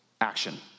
action